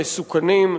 המסוכנים,